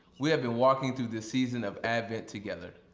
we have been walking through this season of advent together.